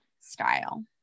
style